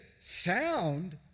sound